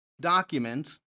documents